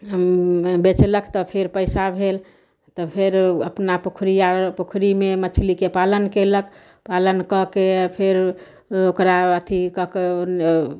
बेचलक तऽ फेर पैसा भेल तऽ फेर अपना पोखरिया पोखरिमे मछलीके पालन केलक पालन कऽ के फेर ओकरा अथी कऽ कऽ